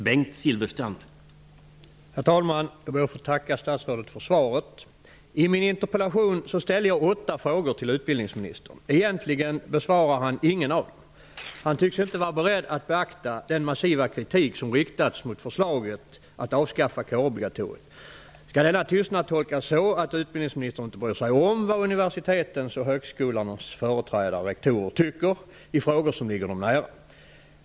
Herr talman! Jag ber att få tacka statsrådet för svaret. I min interpellation ställde jag åtta frågor till utbildningsministern. Han besvarar egentligen inte någon av dem. Han tycks inte vara beredd att beakta den massiva kritik som har riktats mot förslaget att avskaffa kårobligatoriet. Skall denna tystnad tolkas så, att utbildningsministern inte bryr sig om vad universitetens och högskolornas företrädare tror och tycker i frågor som ligger dem nära?